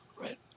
Right